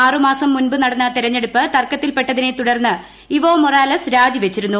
ആറ് മാസം മുമ്പ് നടന്ന തെരഞ്ഞെടുപ്പ് തർക്കത്തിൽപ്പെട്ടതിനെ തുടർന്ന് ഇവോ മൊറാലെസ് രാജി വച്ചിരുന്നു